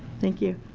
thank you.